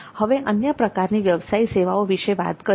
હવે અન્ય પ્રકારની વ્યવસાયી સેવાઓ વિશે વાત કરીએ